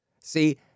See